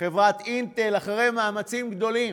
חברת "אינטל", אחרי מאמצים גדולים,